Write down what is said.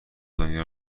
دنیا